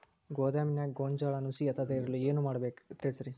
ಗೋದಾಮಿನ್ಯಾಗ ಗೋಂಜಾಳ ನುಸಿ ಹತ್ತದೇ ಇರಲು ಏನು ಮಾಡಬೇಕು ತಿಳಸ್ರಿ